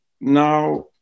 now